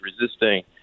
resisting